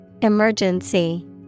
Emergency